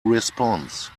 response